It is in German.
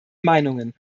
meinungen